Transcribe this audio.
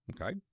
Okay